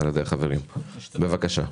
בבקשה.